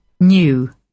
New